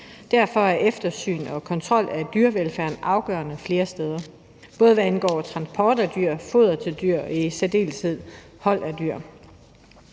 Derfor er eftersyn og kontrol af dyrevelfærden afgørende flere steder, både hvad angår transport af dyr, foder til dyr og i særdeleshed hold af dyr.